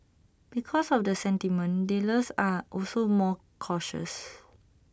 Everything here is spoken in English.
because of the sentiment dealers are also more cautious